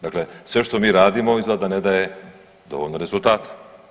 Dakle, sve što mi radimo izgleda da ne daje dovoljno rezultata.